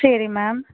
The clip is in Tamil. சரி மேம்